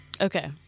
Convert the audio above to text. Okay